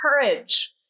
courage